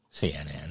CNN